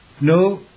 No